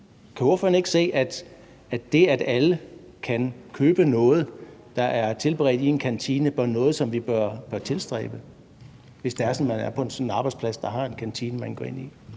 Kan ordføreren ikke se, at det, at alle kan købe noget, der er tilberedt i en kantine, er noget, som vi bør tilstræbe, hvis det er sådan, at man er på en arbejdsplads, der har en kantine? Kl.